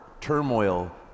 turmoil